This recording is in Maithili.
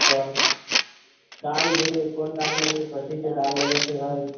सब दालि भी कोन दालि लेबै कथिके दालि लेबयके है